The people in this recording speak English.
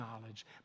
knowledge